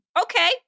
Okay